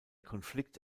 konflikt